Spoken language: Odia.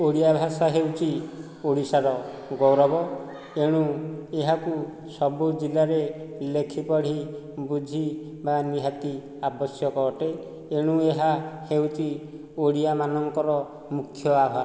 ଓଡ଼ିଆ ଭାଷା ହେଉଛି ଓଡ଼ିଶାର ଗୌରବ ଏଣୁ ଏହାକୁ ସବୁ ଜିଲ୍ଲାରେ ଲେଖି ପଢ଼ି ବୁଝିବା ନିହାତି ଆବଶ୍ୟକ ଅଟେ ଏଣୁ ଏହା ହେଉଛି ଓଡ଼ିଆମାନଙ୍କର ମୁଖ୍ୟ ଆହ୍ୱାନ